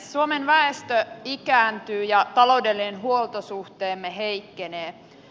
suomen väestö ikääntyy ja taloudellinen huoltosuhteemme heikkenee